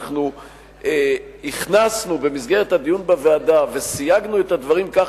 אנחנו הכנסנו בדיון בוועדה וסייגנו את הדברים כך